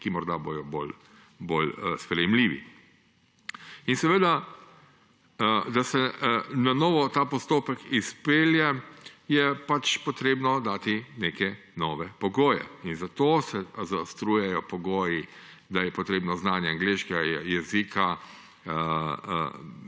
ki bodo morda bolj sprejemljivi. In seveda, da se ta postopek na novo izpelje, je potrebno dati neke nove pogoje. Zato se zaostrujejo pogoji, da je potrebno znanje angleškega jezika,